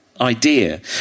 idea